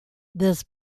this